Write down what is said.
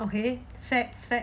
okay facts facts